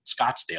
Scottsdale